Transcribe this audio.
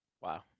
Wow